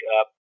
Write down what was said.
up